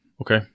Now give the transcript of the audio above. Okay